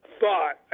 thought